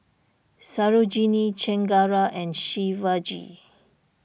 Sarojini Chengara and Shivaji